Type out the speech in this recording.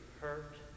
hurt